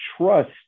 trust